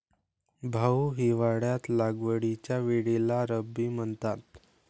भाऊ, हिवाळ्यात लागवडीच्या वेळेला रब्बी म्हणतात